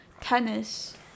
tennis